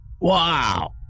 Wow